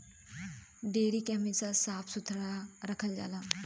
dairy के हमेशा साफ सुथरा रखल जाला